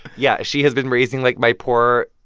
yeah. she has been raising, like, my poor,